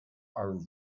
are